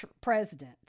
president